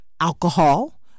alcohol